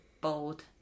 bold